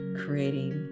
creating